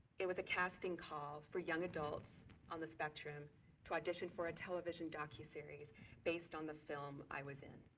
it was a casting call for young adults on the spectrum to audition for a television docu series based on the film i was in.